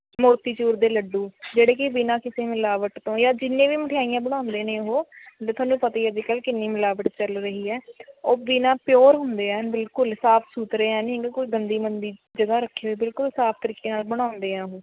ਮੋਤੀ ਚੂਰ ਦੇ ਲੱਡੂ ਜਿਹੜੇ ਕਿ ਬਿਨ੍ਹਾਂ ਕਿਸੇ ਮਿਲਾਵਟ ਤੋਂ ਜਾਂ ਜਿੰਨ੍ਹੇ ਵੀ ਮਿਠਾਈਆਂ ਬਣਾਉਂਦੇ ਨੇ ਉਹ ਤੁਹਾਨੂੰ ਪਤਾ ਈ ਹੈ ਅੱਜਕੱਲ੍ਹ ਕਿੰਨੀ ਮਿਲਾਵਟ ਚੱਲ ਰਹੀ ਹੈ ਉਹ ਬਿਨਾਂ ਪਿਓਰ ਹੁੰਦੇ ਐਂਨ ਬਿਲਕੁਲ ਸਾਫ਼ ਸੁਥਰੇ ਐਂ ਨਹੀਂ ਕੋਈ ਗੰਦੀ ਮੰਦੀ ਜਗ੍ਹਾਂ ਰੱਖੇ ਹੋਏ ਬਿਲਕੁਲ ਸਾਫ਼ ਤਰੀਕੇ ਨਾਲ਼ ਬਣਾਉਂਦੇ ਹੈ ਉਹ